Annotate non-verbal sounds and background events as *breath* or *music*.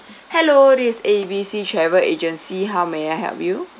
*breath* hello this is A B C travel agency how may I help you